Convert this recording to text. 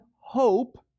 hope